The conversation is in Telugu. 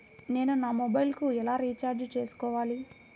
నేను నా మొబైల్కు ఎలా రీఛార్జ్ చేసుకోవాలి?